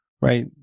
right